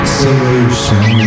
solution